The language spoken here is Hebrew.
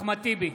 אחמד טיבי,